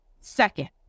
Second